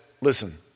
listen